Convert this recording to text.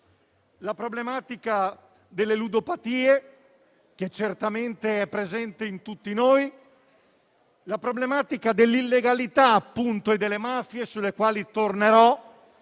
la problematica delle ludopatie, che certamente è presente in tutti noi, la problematica dell'illegalità e delle mafie, sulle quali tornerò,